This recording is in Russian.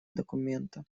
документа